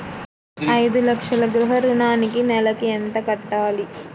ఐదు లక్షల గృహ ఋణానికి నెలకి ఎంత కట్టాలి?